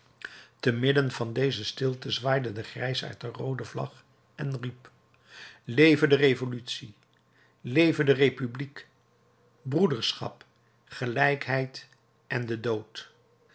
te midden van deze stilte zwaaide de grijsaard de roode vlag en riep leve de revolutie leve de republiek broederschap gelijkheid en de dood